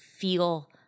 feel